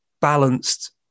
balanced